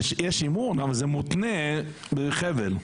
יש אמון, אבל זה מותנה בחבל.